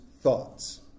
thoughts